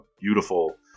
beautiful